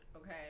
okay